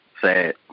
Sad